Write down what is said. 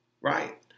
right